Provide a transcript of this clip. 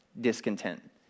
discontent